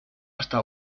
hasta